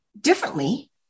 differently